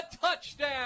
touchdown